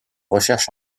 recherche